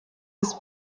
des